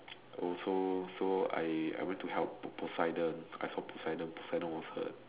also so I went to help Poseidon I saw Poseidon Poseidon was hurt